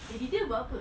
the leader buat apa